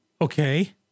Okay